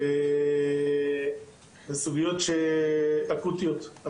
וזה סוגיות שאקוטיות.